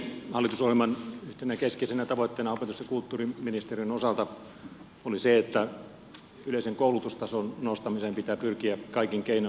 hallitusohjelman yhtenä keskeisenä tavoitteena opetus ja kulttuuriministeriön osalta oli se että yleisen koulutustason nostamiseen pitää pyrkiä kaikin keinoin